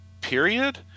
Period